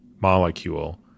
molecule